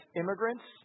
immigrants